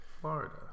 Florida